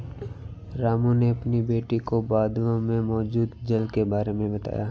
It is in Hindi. रामू ने अपनी बेटी को बादलों में मौजूद जल के बारे में बताया